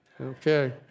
Okay